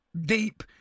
deep